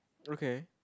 okay